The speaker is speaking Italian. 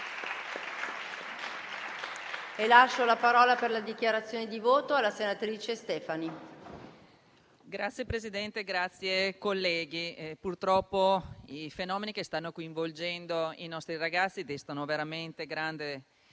Grazie Presidente, grazie colleghi. Purtroppo i fenomeni che stanno coinvolgendo i nostri ragazzi destano veramente grande